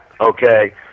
okay